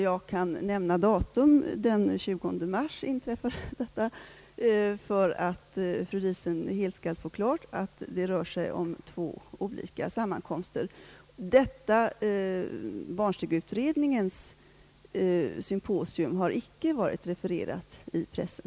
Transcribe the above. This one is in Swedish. Jag kan nämna att det hölls den 20 mars, för att fru Diesen skall få helt klart för sig att det rör sig om två olika sammankomster. Barnstugeutredningens symposium har icke varit refererat i pressen.